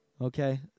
Okay